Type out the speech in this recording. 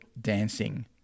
dancing